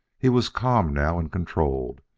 he was calm now and controlled,